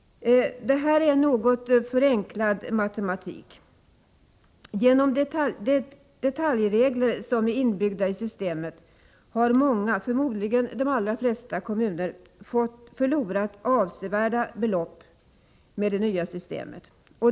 Detta är en något förenklad matematik. Genom de detaljregler som är inbyggda i systemet har många kommuner, förmodligen de allra flesta, förlorat avsevärda belopp i och med det nya systemet.